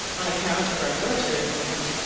on account of our military grant,